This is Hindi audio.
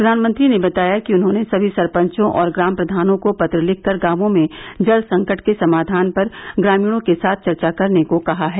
प्रधानमंत्री ने बताया कि उन्होंने सभी सरपंचों और ग्राम प्रधानों को पत्र लिखकर गांवों में जल संकट के समाधान पर ग्रामीणों के साथ चर्चा करने को कहा है